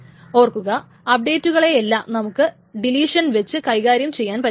ഓർക്കുക അപ്ഡേറ്റുകളെയെല്ലാം നമുക്ക് ഡെലീഷൻ വച്ച് കൈകാര്യം ചെയ്യാൻ പറ്റും